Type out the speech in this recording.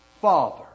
Father